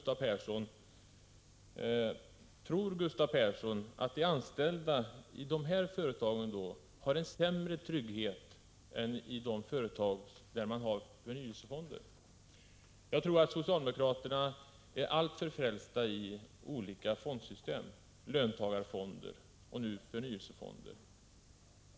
Tror Gustav Persson att de anställda i de företagen har en sämre trygghet än de anställda i företag där man har förnyelsefonder? Jag tror att socialdemokraterna i alltför hög grad är frälsta för olika fondsystem: löntagarfonder och nu förnyelsefonder.